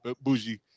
bougie